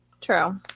True